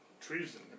treason